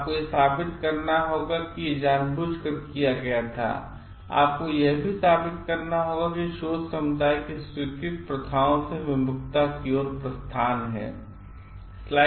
आपको यह साबित करना होगा कि यह जानबूझकर किया गया था और आपको यह भी साबित करना होगा कि यह शोध समुदाय की स्वीकृत प्रथाओं से विमुख्ता की ओर प्रस्थान है